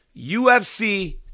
ufc